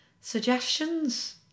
suggestions